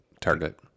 target